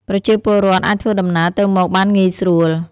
ប្រជាពលរដ្ឋអាចធ្វើដំណើរទៅមកបានងាយស្រួល។